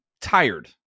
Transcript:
tired